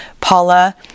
Paula